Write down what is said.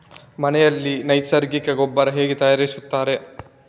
ಮನೆಯಲ್ಲಿ ನೈಸರ್ಗಿಕ ಗೊಬ್ಬರ ಹೇಗೆ ತಯಾರಿಸುತ್ತಾರೆ?